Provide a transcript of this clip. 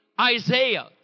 Isaiah